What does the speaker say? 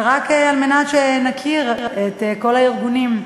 אז רק כדי שנכיר את כל הארגונים: